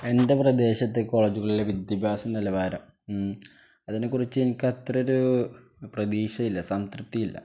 എൻ്റെ പ്രദേശത്തെ കോളേജുകളിലെ വിദ്യാഭ്യാസം നിലവാരം ഉം അതിനെക്കുറിച്ച് എനിക്കത്ര ഒരു പ്രതീക്ഷയില്ല സംതൃപ്തിയുമില്ല